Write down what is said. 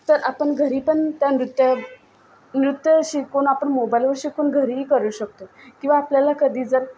तर आपण घरी पण त्या नृत्य नृत्य शिकून आपण मोबाइलवर शिकून घरीही करू शकतो किंवा आपल्याला कधी जर